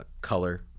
color